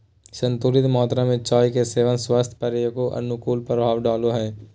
संतुलित मात्रा में चाय के सेवन स्वास्थ्य पर एगो अनुकूल प्रभाव डालो हइ